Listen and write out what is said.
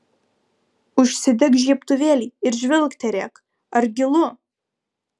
užsidek žiebtuvėlį ir žvilgterėk ar gilu